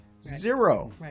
Zero